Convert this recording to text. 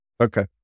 okay